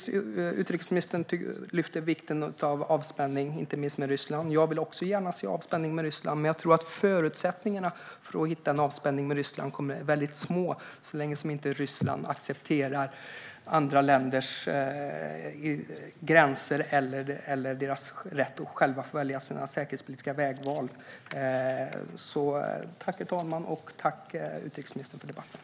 Utrikesministern lyfter upp vikten av avspänning, inte minst gentemot Ryssland. Även jag vill gärna se avspänning gentemot Ryssland, men jag tror att förutsättningarna för att hitta en avspänning är väldigt små så länge Ryssland inte accepterar andra länders gränser eller deras rätt att själva göra säkerhetspolitiska vägval. Tack, utrikesministern, för debatten!